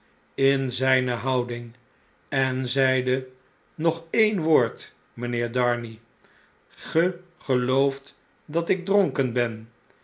in zjjne houding en zeide nog ee'n woord mpheer darnay ge gelooft dat ik dronken ben